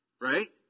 Right